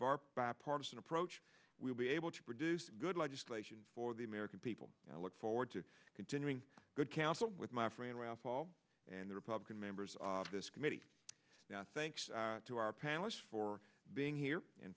bar bipartisan approach we'll be able to produce good legislation for the american people and i look forward to continuing good counsel with my friend ralph hall and the republican members of this committee now thanks to our panelists for being here